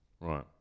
Right